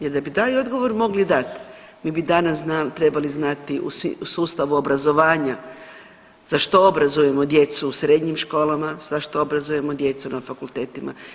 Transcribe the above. Jer da bi taj odgovor mogli dati mi bi danas trebali znati u sustavu obrazovanja za što obrazujemo djecu u srednjim školama, za što obrazujemo djecu na fakultetima.